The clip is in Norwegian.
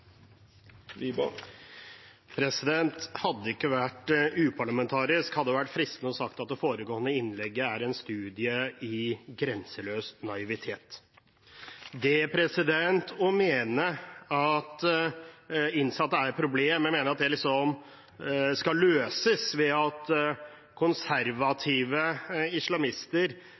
Hadde det ikke vært uparlamentarisk, hadde det vært fristende å si at det foregående innlegget var en studie i grenseløs naivitet. Det å innse at dette er et problem, men mene at dette løses ved at konservative islamister